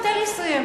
עכשיו, תן לי לסיים.